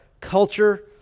culture